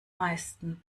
meisten